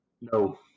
No